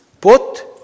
Put